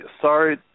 sorry